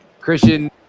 Christian